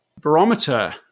barometer